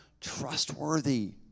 trustworthy